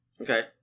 Okay